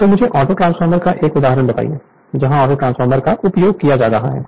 तो मुझे ऑटोट्रांसफॉर्मर का एक उदाहरण बताएं जहां ऑटोट्रांसफॉर्मर का उपयोग किया जा रहा है